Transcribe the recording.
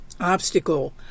obstacle